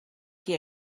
qui